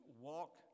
walk